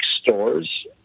stores